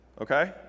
okay